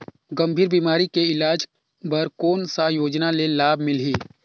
गंभीर बीमारी के इलाज बर कौन सा योजना ले लाभ मिलही?